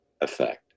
effect